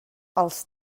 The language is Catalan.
els